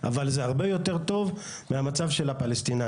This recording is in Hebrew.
אבל הוא הרבה יותר טוב מהמצב של הפלסטינים.